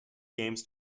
games